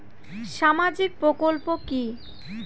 সামাজিক প্রকল্প কি?